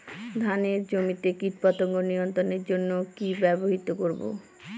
ধানের জমিতে কীটপতঙ্গ নিয়ন্ত্রণের জন্য কি ব্যবহৃত করব?